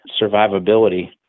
survivability